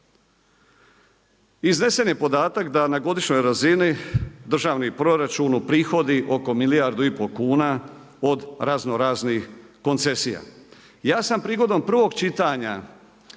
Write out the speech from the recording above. Iznesen je podatak da na godišnjoj razini državni proračun uprihodi oko milijardu i pol kuna od razno raznih koncesija. Ja sam prigodom prvog čitanja